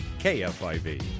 KFIV